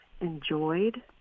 enjoyed